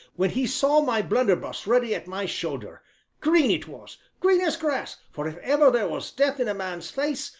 when he saw my blunderbuss ready at my shoulder green it was green as grass, for if ever there was death in a man's face,